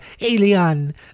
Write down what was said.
alien